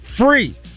free